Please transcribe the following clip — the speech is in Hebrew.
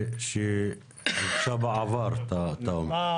שהוגשה בעבר, אתה אומר.